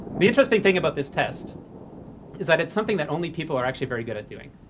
the interesting thing about this test is that it's something that only people are actually very good at doing.